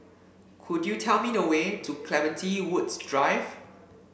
could you tell me the way to Clementi Woods Drive